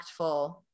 impactful